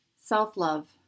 self-love